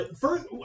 First